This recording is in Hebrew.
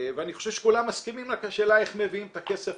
ואני חושב שכולם מסכימים רק השאלה איך מביאים את הכסף,